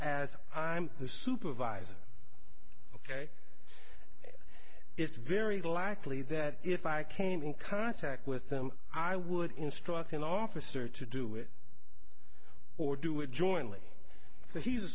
as i'm the supervisor ok it's very likely that if i came in contact with them i would instruct an officer to do it or do it jointly he's a